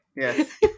yes